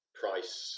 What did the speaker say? price